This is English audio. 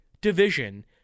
Division